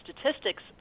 statistics